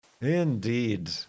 Indeed